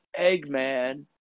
Eggman